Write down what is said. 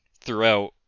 throughout